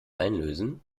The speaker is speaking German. einlösen